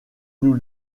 nous